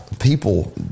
people